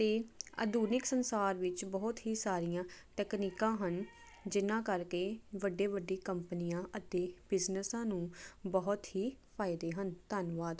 ਅਤੇ ਆਧੁਨਿਕ ਸੰਸਾਰ ਵਿੱਚ ਬਹੁਤ ਹੀ ਸਾਰੀਆਂ ਤਕਨੀਕਾਂ ਹਨ ਜਿਹਨਾਂ ਕਰਕੇ ਵੱਡੀ ਵੱਡੀ ਕੰਪਨੀਆਂ ਅਤੇ ਬਿਜ਼ਨਸਾਂ ਨੂੰ ਬਹੁਤ ਹੀ ਫਾਇਦੇ ਹਨ ਧੰਨਵਾਦ